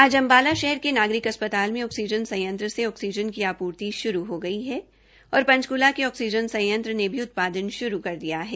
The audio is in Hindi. आज अम्बाला शहर के नागरिक अस्पताल मे ऑक्सीजन संयंत्र में ऑक्सीजन की आपूर्ति श्रू हो गई और पंचक्ला के ऑक्सीजन संयंत्र ने भी उत्पादन शुरू कर दिया है